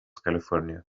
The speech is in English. california